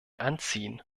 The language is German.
anziehen